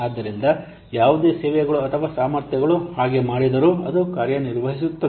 ಆದ್ದರಿಂದ ಯಾವುದೇ ಸೇವೆಗಳು ಅಥವಾ ಸಾಮರ್ಥ್ಯಗಳು ಹಾಗೆ ಮಾಡಿದರೂ ಅದು ಕಾರ್ಯನಿರ್ವಹಿಸುತ್ತದೆ